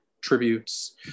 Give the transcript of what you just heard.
tributes